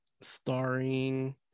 starring